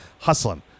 hustling